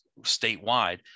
statewide